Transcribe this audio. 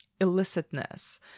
illicitness